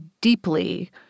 deeply